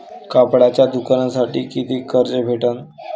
कापडाच्या दुकानासाठी कितीक कर्ज भेटन?